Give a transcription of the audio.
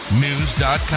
News.com